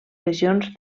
regions